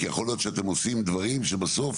כי יכול להיות שאתם עושים דברים שבסוף